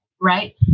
right